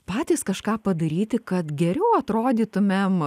patys kažką padaryti kad geriau atrodytumėm